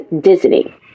disney